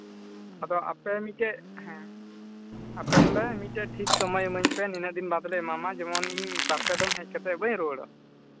ᱟᱫᱚ ᱟᱯᱮ ᱢᱤᱫᱴᱮᱱ ᱦᱮᱸ ᱟᱯᱮ ᱵᱚᱞᱮ ᱢᱤᱫᱴᱮᱱ ᱴᱷᱤᱠ ᱥᱚᱢᱚᱭ ᱤᱢᱟᱹᱧ ᱯᱮ ᱱᱤᱱᱟᱹᱜ ᱫᱤᱱ ᱵᱟᱫᱽᱞᱮ ᱮᱢᱟᱢᱟ ᱡᱮᱢᱚᱱᱤᱧ ᱵᱟᱨ ᱯᱮ ᱫᱚᱢ ᱦᱮᱡ ᱠᱟᱛᱮᱫ ᱵᱟᱹᱧ ᱨᱩᱣᱟᱹᱲᱚᱜᱼᱟ